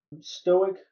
stoic